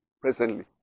presently